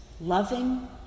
loving